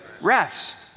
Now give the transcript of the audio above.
rest